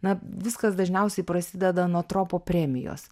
na viskas dažniausiai prasideda nuo tropo premijos